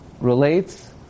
relates